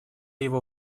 его